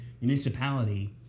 municipality